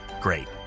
Great